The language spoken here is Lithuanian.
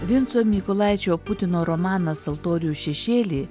vinco mykolaičio putino romanas altorių šešėly